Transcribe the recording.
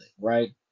right